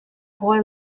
boy